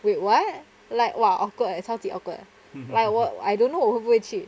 wait what like !wah! awkward eh 超级 awkward like 我 I don't know 我会不会去